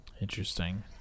Interesting